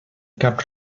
cap